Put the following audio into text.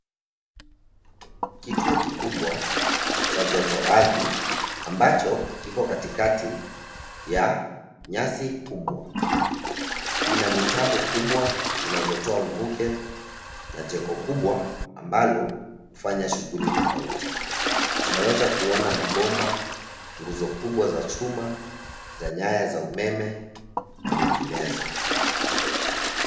Kituo kikubwa, cha joto ardhi ambacho kiko katikati ya nyasi kubwa. Ina mitambo kubwa zinazotoa mvuke na jeko kubwa ambalo hufanya shuguli tofauti. Tunaweza kuona mabomba, nguzo kubwa za chuma, za nyaya za umeme na menginezo.